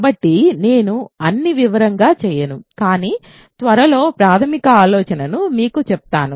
కాబట్టి నేను అన్ని వివరంగా చేయను కానీ త్వరగా ప్రాథమిక ఆలోచనను మీకు చెప్తాను